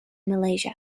malaysia